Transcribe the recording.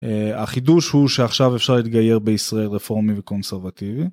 החידוש הוא שעכשיו אפשר להתגייר בישראל רפורמי וקונסרבטיבי